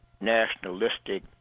nationalistic